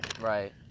right